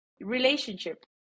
relationship